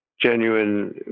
genuine